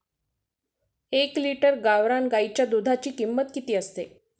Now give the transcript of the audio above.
एक लिटर गावरान गाईच्या दुधाची किंमत किती असते?